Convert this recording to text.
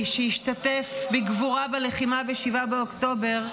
שהשתתף בגבורה בלחימה ב-7 באוקטובר,